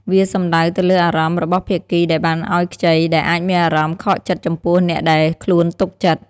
វាសំដៅទៅលើអារម្មណ៍របស់ភាគីដែលបានឲ្យខ្ចី ដែលអាចមានអារម្មណ៍ខកចិត្តចំពោះអ្នកដែលខ្លួនទុកចិត្ត។